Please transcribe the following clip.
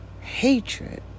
hatred